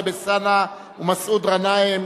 נינו אבסדזה ודורון אביטל,